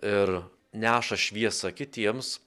ir neša šviesą kitiems